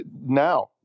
now